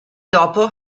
dopo